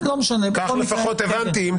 כך לפחות הבנתי.